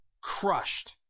crushed